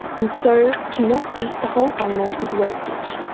and so to not eat the whole animal is wastage.